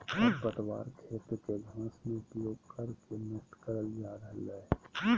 खरपतवार खेत के घास में उपयोग कर के नष्ट करल जा रहल हई